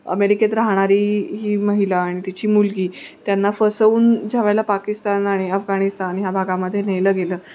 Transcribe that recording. अमेरिकेत राहणारी ही महिला आणि तिची मुलगी त्यांना फसवून ज्या वेळेला पाकिस्तान आणि अफगाणिस्तान ह्या भागामध्ये नेलं गेलं